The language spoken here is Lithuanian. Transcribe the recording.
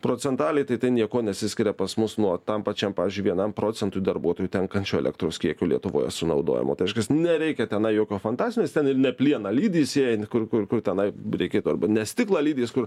procentaliai tai tai niekuo nesiskiria pas mus nuo tam pačiam pavyzdžiui vienam procentui darbuotojų tenkančio elektros kiekio lietuvoje sunaudojimo tai reiškia nereikia tenai jokio fantastin nes ten ir ne plieną lydys jie kur kur kur tenai reikėtų arba nes stiklą lydys kur